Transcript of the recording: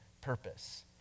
purpose